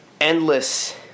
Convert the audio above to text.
endless